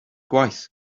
gwaith